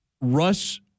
Russ